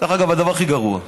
דרך אגב, הדבר הכי גרוע.